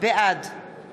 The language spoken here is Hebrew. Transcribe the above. בעד